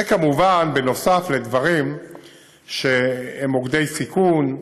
זה כמובן בנוסף לדברים שהם מוקדי סיכון: